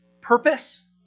purpose